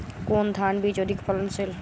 কোন ধান বীজ অধিক ফলনশীল?